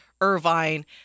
Irvine